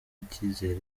ikizere